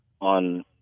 on